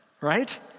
right